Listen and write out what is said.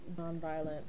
nonviolent